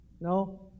No